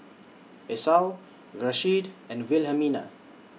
Esau Rasheed and Wilhelmina